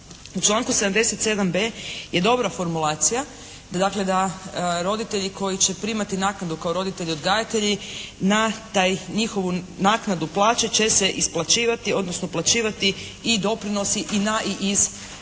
U članku 77b. je dobra formulacija. Dakle da roditelji koji će primati naknadu kao roditelji odgajatelji na taj, njihovu naknadu plaće će se isplaćivati odnosno uplaćivati i doprinosi i na i iz plaće